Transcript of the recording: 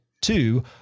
Two